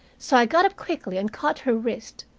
so i got up quickly and caught her wrist.